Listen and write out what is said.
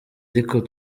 ariko